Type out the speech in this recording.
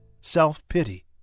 self-pity